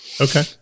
Okay